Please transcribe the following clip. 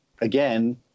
again